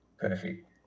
Perfect